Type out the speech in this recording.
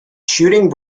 shooting